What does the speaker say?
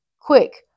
Quick